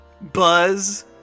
Buzz